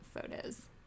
photos